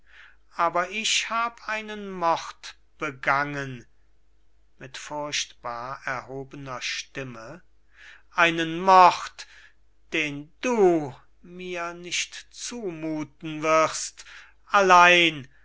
nicht aber ich hab einen mord begangen mit furchtbar erhobener stimme einen mord den du mir nicht zumuthen wirst allein